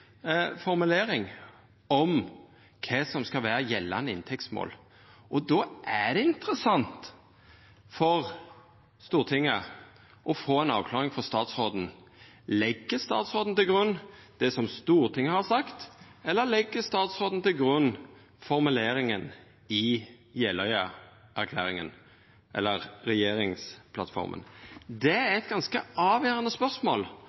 formulering om kva som skal vera gjeldande inntektsmål. Då er det interessant for Stortinget å få ei avklaring frå statsråden: Legg statsråden til grunn det som Stortinget har sagt, eller legg statsråden til grunn formuleringa i regjeringsplattforma? Det er eit ganske avgjerande spørsmål. Og det er eit viktig spørsmål